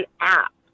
app